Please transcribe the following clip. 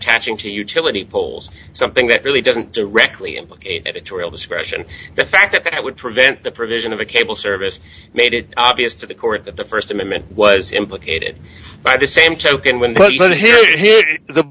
attaching to utility poles something that really doesn't directly implicated into real discretion the fact that it would prevent the provision of a cable service made it obvious to the court that the st amendment was implicated by the same token when